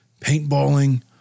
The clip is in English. paintballing